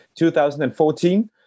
2014